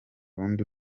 rundi